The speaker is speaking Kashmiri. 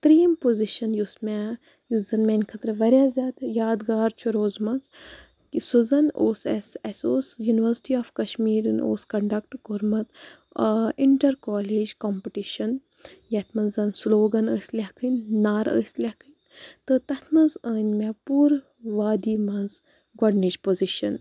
ترٛیٚیِم پوزِشَن یُس مےٚ یُس زَن میٛانہِ خٲطرٕ واریاہ زیادٕ یادگار چھُ روٗزمٕژ کہِ سُہ زَن اوٗس اسہِ اسہِ اوٗس یونیورسٹی آف کَشمیٖرَن اوٗس کَنڈَکٹہٕ کوٚرمُت ٲں اِنٹَر کالج کَمپِٹِشَن یَتھ منٛز زَن سُلوٗگَن ٲسۍ لیکھٕنۍ نعرٕ ٲسۍ لیکھٕنۍ تہٕ تَتھ منٛز أنۍ مےٚ پوٗرٕ وادی منٛز گۄڈٕنِچ پوزِشَن